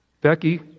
Becky